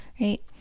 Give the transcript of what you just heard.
right